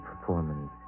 performance